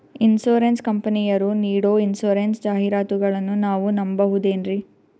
Insurance ಕಂಪನಿಯರು ನೀಡೋ insurance ಜಾಹಿರಾತುಗಳನ್ನು ನಾವು ನಂಬಹುದೇನ್ರಿ?